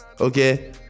Okay